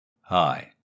Hi